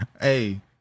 Hey